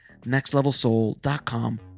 nextlevelsoul.com